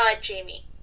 Jamie